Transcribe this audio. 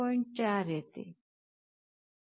4 येते 0